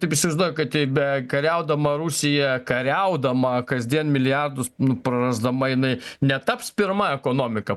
taip įsivaizduoju kad jei bekariaudama rusija kariaudama kasdien milijardus prarasdama jinai netaps pirma ekonomika